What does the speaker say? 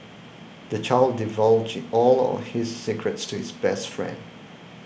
the child divulged all his secrets to his best friend